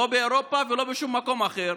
לא באירופה ולא בשום מקום אחר,